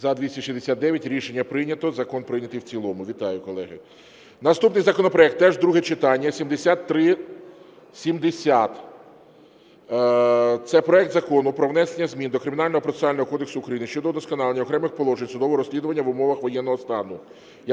За-269 Рішення прийнято. Закон прийнятий в цілому. Вітаю, колеги. Наступний законопроект, теж друге читання, 7370. Це проект Закону про внесення змін до Кримінального процесуального кодексу України щодо удосконалення окремих положень досудового розслідування в умовах воєнного стану.